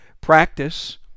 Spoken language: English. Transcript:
practice